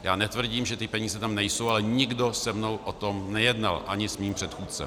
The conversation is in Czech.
Já netvrdím, že ty peníze tam nejsou, ale nikdo se mnou o tom nejednal, ani s mým předchůdcem.